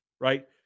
right